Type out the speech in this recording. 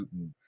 Putin